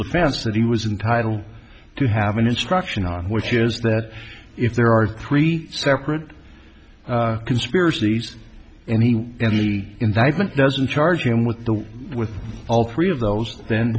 defense that he was entitle to have an instruction on which is that if there are three separate conspiracies and he invites doesn't charge him with the with all three of those then